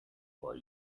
for